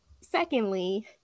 Secondly